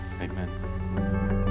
Amen